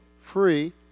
free